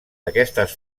aquestes